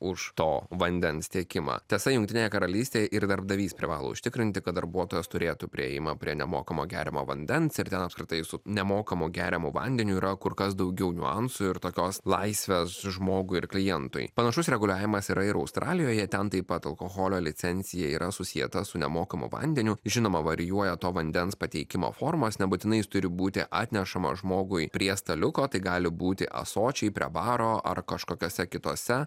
už to vandens tiekimą tiesa jungtinėje karalystėje ir darbdavys privalo užtikrinti kad darbuotojas turėtų priėjimą prie nemokamo geriamo vandens ir ten apskritai su nemokamu geriamu vandeniu yra kur kas daugiau niuansų ir tokios laisvės žmogui ir klientui panašus reguliavimas yra ir australijoje ten taip pat alkoholio licencija yra susieta su nemokamu vandeniu žinoma varijuoja to vandens pateikimo formos nebūtinai jis turi būti atnešama žmogui prie staliuko tai gali būti ąsočiai prie baro ar kažkokiose kitose